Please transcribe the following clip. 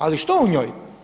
Ali što u njoj?